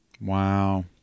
Wow